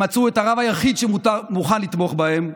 הם מצאו את הרב היחיד שמוכן לתמוך בהם,